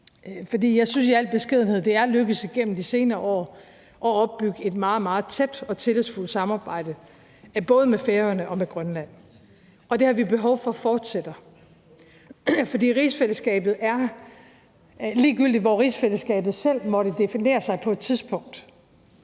jeg synes i al beskedenhed, at det er lykkedes igennem de senere år at opbygge et meget, meget tæt og tillidsfuldt samarbejde både med Færøerne og med Grønland. Det har vi behov for fortsætter, for rigsfællesskabet er en del af en mere urolig verden. Ligegyldigt hvor rigsfællesskabet selv måtte defilere hen på et tidspunkt,